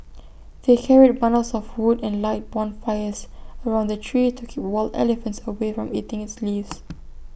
they carried bundles of wood and light bonfires around the tree to keep wild elephants away from eating its leaves